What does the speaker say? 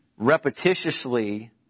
repetitiously